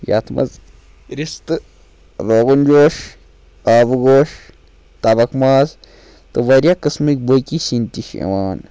یَتھ منٛز رِستہٕ روٚگُن جوش آبہٕ گوش تَبک ماز تہٕ واریاہ قٕسمٕکۍ بٲقی سِنۍ تہِ چھِ یِوان